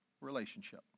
relationship